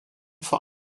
vor